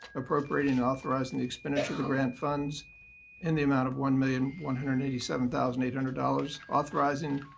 appropriating and authorizing the expenditure of the grant funds in the amount of one million one hundred and eighty seven thousand eight hundred dollars, authorizing